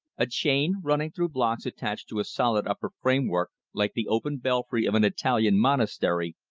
a chain, running through blocks attached to a solid upper framework, like the open belfry of an italian monastery,